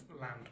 land